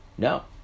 No